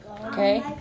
Okay